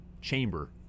chamber